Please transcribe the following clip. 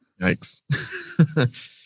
Yikes